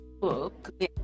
book